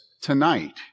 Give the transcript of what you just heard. Tonight